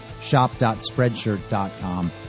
Shop.Spreadshirt.com